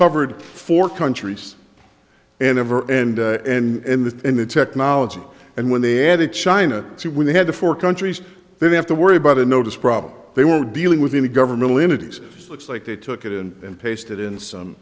covered four countries and ever and and the and the technology and when they added china to when they had the four countries they have to worry about a notice problem they were dealing with any governmental entities looks like they took it in and pasted in some